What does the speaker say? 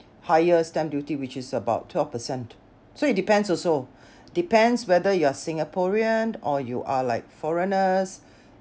higher stamp duty which is about twelve percent so it depends also depends whether you are singaporean or you are like foreigners